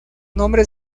nombre